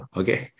okay